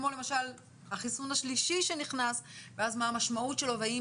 כמו למשל החיסון השלישי שנכנס ואז מה המשמעות שלו והאם